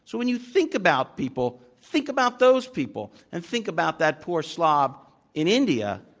when you think about people, think about those people, and think about that poor slob in india,